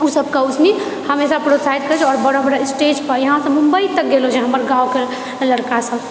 ओ सबकेँ ओ सुनी हमेशा प्रोत्साहित करैत छै आओर बड़ा बड़ा स्टेज पर यहाँ सँ मुम्बई तक गेलो छै हमर गाँवके लड़का सब